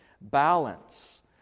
balance